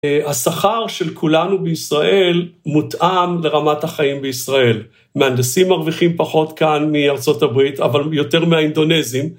השכר של כולנו בישראל מותאם לרמת החיים בישראל. מהנדסים מרוויחים פחות כאן מארה״ב, אבל יותר מהאינדונזים.